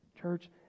church